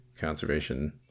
conservation